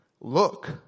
Look